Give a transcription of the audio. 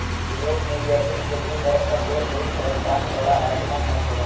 Europe मे जैतून के दू तरहक पेड़ होइ छै, कांट बला आ बिना कांट बला